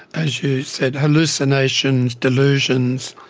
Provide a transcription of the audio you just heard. as you said, hallucinations, delusions,